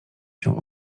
się